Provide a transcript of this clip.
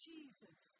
Jesus